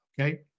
okay